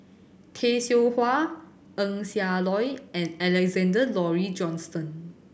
Tay Seow Huah Eng Siak Loy and Alexander Laurie Johnston